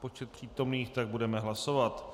počet přítomných, budeme hlasovat.